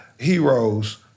heroes